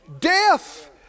Death